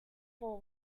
for